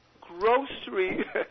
grocery